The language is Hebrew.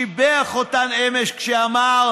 שיבח אותן אמש כשאמר: